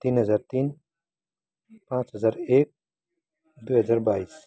तिन हजार तिन पाँच हजार एक दुई हजार बाइस